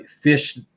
fish